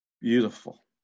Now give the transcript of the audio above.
Beautiful